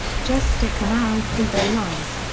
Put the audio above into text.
just stick an arrow through their lungs.